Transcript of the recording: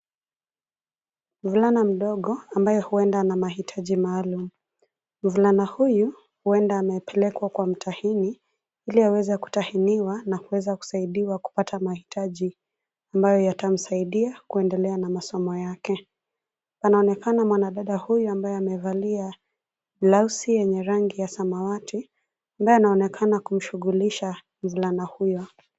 Mvulana mdogo, ambaye huenda na mahitaji maalum, mvulana huyu huenda amepelekwa kwa mtahini ili aweze kutahiniwa na kuweza kusaidiwa kupata mahitaji ambayo yatamsaidia kuendelea na masomo yake. Anaonekana mwanadada huyu ambaye amevalia lausi yenye rangi ya samawati ambaye anaonekana kumshughulisha mvulana huyo.